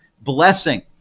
blessing